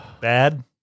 Bad